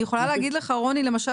אני יכולה להגיד לך למשל,